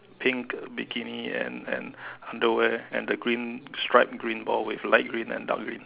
pink bikini and and underwear and the green striped green ball with light green and dark green